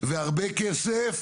והרבה כסף